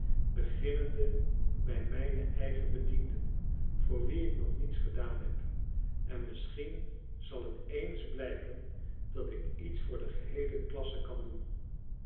beginnende bij mijne eigen bedienden voor wie ik nog niets gedaan heb en misschien zal het eens blijken dat ik iets voor de geheele klasse kan doen